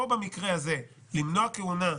פה במקרה הזה למנוע כהונה,